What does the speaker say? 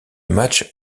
match